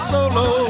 Solo